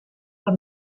per